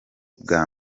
bwa